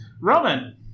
Roman